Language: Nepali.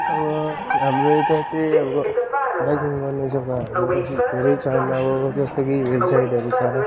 अब हाम्रो यता चाहिँ अब बाइकिङ गर्ने जग्गाहरू धेरै छन् अब जस्तो कि हिलसाइडहरू छ